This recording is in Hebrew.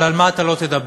אבל על מה אתה לא תדבר?